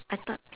I thought